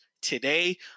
today